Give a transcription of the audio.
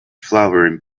flowering